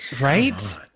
Right